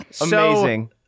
Amazing